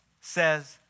says